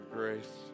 grace